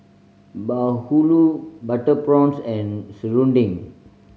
bahulu butter prawns and serunding